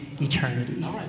eternity